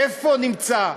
איפה נמצא?